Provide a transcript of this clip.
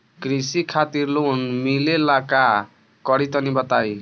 कृषि खातिर लोन मिले ला का करि तनि बताई?